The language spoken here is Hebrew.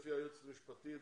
לפי היועצת המשפטית,